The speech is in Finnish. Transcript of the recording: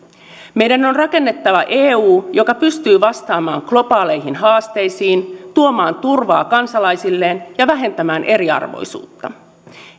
meidän on rakennettava eu joka pystyy vastaamaan globaaleihin haasteisiin tuomaan turvaa kansalaisilleen ja vähentämään eriarvoisuutta